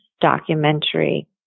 documentary